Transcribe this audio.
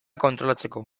kontrolatzeko